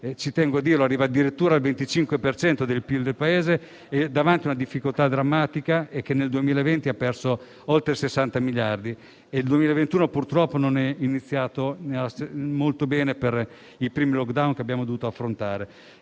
- tengo a dirlo - addirittura il 25. È davanti a una difficoltà drammatica e nel 2020 ha perso oltre 60 miliardi. Il 2021, purtroppo, non è iniziato molto bene per il primo *lockdown* che abbiamo dovuto affrontare.